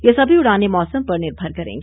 यह सभी उड़ाने मौसम पर निर्भर करेगी